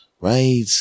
right